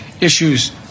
issues